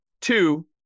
two